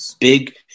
big